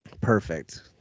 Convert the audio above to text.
Perfect